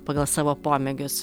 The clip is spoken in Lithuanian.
pagal savo pomėgius